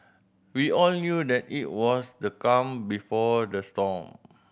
we all knew that it was the calm before the storm